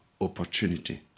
opportunity